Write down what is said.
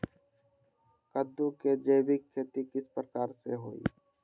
कददु के जैविक खेती किस प्रकार से होई?